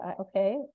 okay